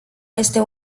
este